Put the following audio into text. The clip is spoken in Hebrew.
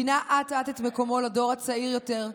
פינה אט-אט את מקומו לדור הצעיר יותר,